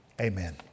Amen